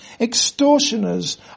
extortioners